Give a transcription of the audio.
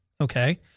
okay